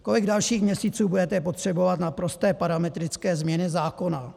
Kolik dalších měsíců budete potřebovat na prosté parametrické změny zákona?